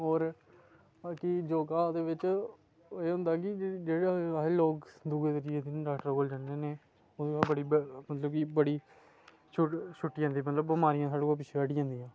की होर योगा एह्दे बिच एह् होंदा की जेह्ड़े लोग ते ओह् बड़ी मतलब की बड़ी बमारियां साढ़े पिच्छें हटदियां